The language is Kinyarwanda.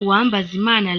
uwambazimana